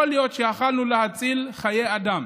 יכול להיות שיכולנו להציל חיי אדם.